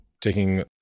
taking